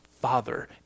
father